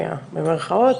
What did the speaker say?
חוויה במירכאות,